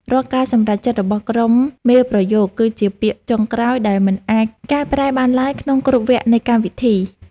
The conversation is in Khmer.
រាល់ការសម្រេចចិត្តរបស់ក្រុមមេប្រយោគគឺជាពាក្យចុងក្រោយដែលមិនអាចកែប្រែបានឡើយក្នុងគ្រប់វគ្គនៃកម្មវិធី។